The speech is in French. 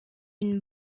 une